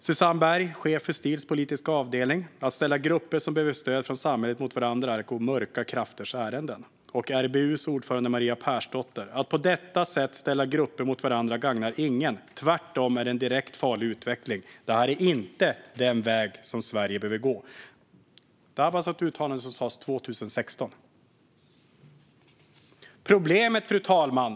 Susanne Berg, chef för Stils politiska avdelning sa: Att ställa grupper som behöver stöd från samhället mot varandra är att gå mörka krafters ärenden. RBU:s ordförande Maria Persdotter sa: Att på detta sätt ställa grupper mot varandra gagnar ingen. Tvärtom är det en direkt farlig utveckling. Det är inte den väg som Sverige behöver gå. Detta var uttalanden som sas 2016. Fru talman!